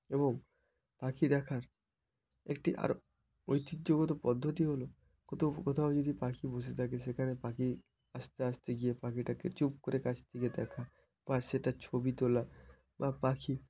এবং পাখি দেখার একটি আর ঐতিহ্যগত পদ্ধতি হলো কোথাও কোথাও যদি পাখি বসে থাকে সেখানে পাখি আস্তে আস্তে গিয়ে পাখিটাকে চুপ করে কাছ থেকে দেখা বা সেটার ছবি তোলা বা পাখি